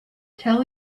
tell